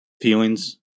feelings